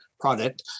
product